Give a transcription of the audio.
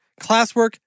classwork